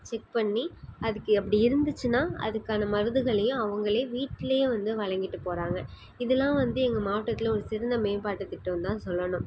check பண்ணி அதுக்கு அப்படி இருந்துச்சுனால் அதுக்கான மருந்துகளையும் அவங்களே வீட்டிலேயே வந்து வழங்கிட்டு போகிறாங்க இதுலாம் வந்து எங்கள் மாவட்டத்தில் ஒரு சிறந்த மேம்பாட்டு திட்டம்னுதான் சொல்லணும்